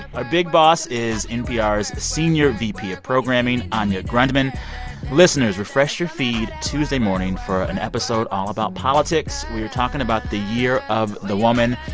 big boss is npr's senior vp of programming anya grundmann listeners, refresh your feed tuesday morning for an episode all about politics. we're talking about the year of the woman.